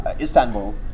Istanbul